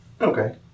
Okay